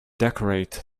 decorate